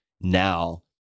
now